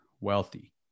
wealthy